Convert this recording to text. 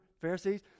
pharisees